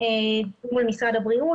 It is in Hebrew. מול משרד הבריאות,